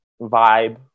vibe